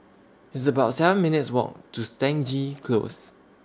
It's about seven minutes' Walk to Stangee Close